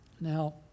Now